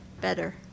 better